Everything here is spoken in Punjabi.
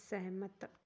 ਸਹਿਮਤ